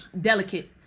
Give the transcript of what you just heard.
delicate